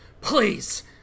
Please